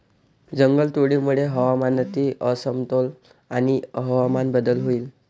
जंगलतोडीमुळे हवामानातील असमतोल आणि हवामान बदल होईल